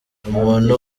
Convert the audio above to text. umuntu